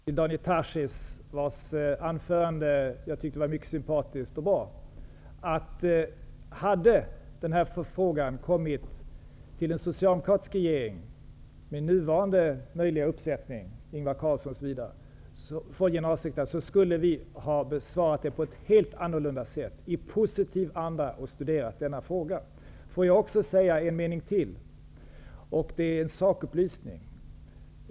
Herr talman! Jag kan klart deklarera för Daniel Tarschys, vars anförande jag tyckte var mycket sympatiskt och bra, att om denna förfrågan från FN:s generalsekreterare hade kommit till en socialdemokratisk regering med nuvarande möjliga uppsättning -- dvs. med Ingvar Carlsson, osv. -- skulle vi ha besvarat den på ett helt annorlunda sätt. Vi skulle i positiv anda ha studerat denna fråga. Låt mig också lämna en sakupplysning.